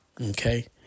Okay